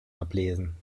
ablesen